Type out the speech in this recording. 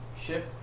ship